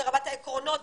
ברמת העקרונות,